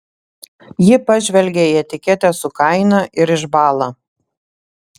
ji pažvelgia į etiketę su kaina ir išbąla